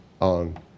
on